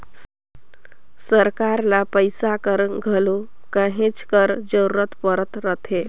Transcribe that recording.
सरकार ल पइसा कर घलो कहेच कर जरूरत परत रहथे